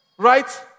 Right